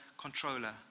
controller